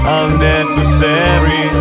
unnecessary